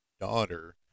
daughter